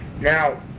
now